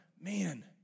man